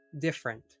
different